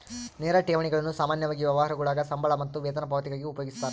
ನೇರ ಠೇವಣಿಗಳನ್ನು ಸಾಮಾನ್ಯವಾಗಿ ವ್ಯವಹಾರಗುಳಾಗ ಸಂಬಳ ಮತ್ತು ವೇತನ ಪಾವತಿಗಾಗಿ ಉಪಯೋಗಿಸ್ತರ